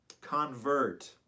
convert